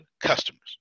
customers